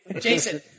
Jason